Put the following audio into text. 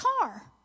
car